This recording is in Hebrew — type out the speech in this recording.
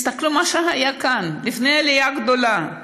תסתכלו במה שהיה כאן לפני העלייה הגדולה.